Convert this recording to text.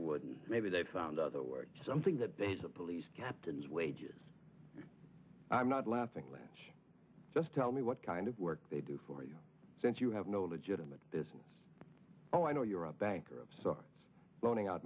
would maybe they found other work something that they's a police captain's wages i'm not laughing let just tell me what kind of work they do for you since you have no legitimate business oh i know you're a banker of sorts loaning out